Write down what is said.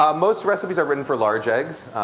um most recipes are written for large eggs.